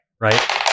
right